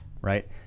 right